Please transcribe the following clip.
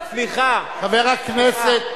איזה לוביסט, חבר הכנסת,